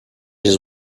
just